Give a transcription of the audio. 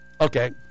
Okay